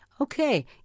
okay